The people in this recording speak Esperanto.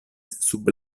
sub